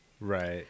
Right